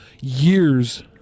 years